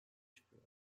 çıkıyor